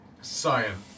science